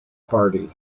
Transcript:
party